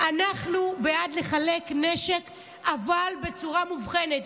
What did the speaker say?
אנחנו בעד לחלק נשק, אבל בצורה מובחנת.